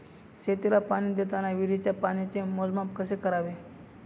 शेतीला पाणी देताना विहिरीच्या पाण्याचे मोजमाप कसे करावे?